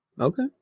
okay